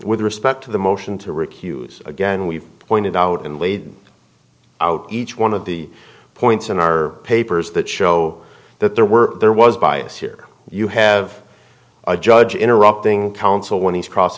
with respect to the motion to recuse again we've pointed out and laid out each one of the points in our papers that show that there were there was bias here you have a judge interrupting counsel when he's cross